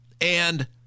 and-